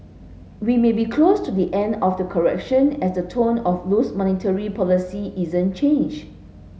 we may be close to be end of the correction as the tone of loose monetary policy isn't changed